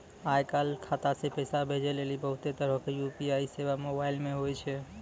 आय काल खाता से पैसा भेजै लेली बहुते तरहो के यू.पी.आई सेबा मोबाइल मे होय छै